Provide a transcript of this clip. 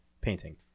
painting